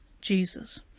Jesus